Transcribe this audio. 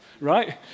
right